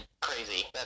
crazy